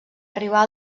arribar